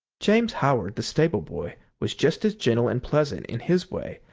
james howard, the stable boy, was just as gentle and pleasant in his way,